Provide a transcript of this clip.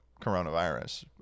coronavirus